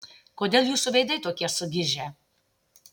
kodėl jūsų veidai tokie sugižę